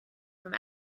from